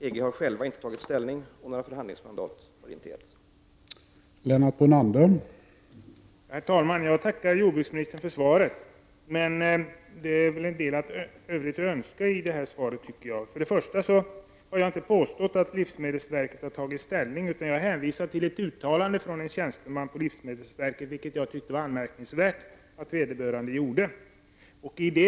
EG har självt inte tagit ställning, och några förhandlingsmandat har inte getts.